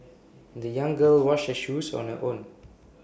the young girl washed her shoes on her own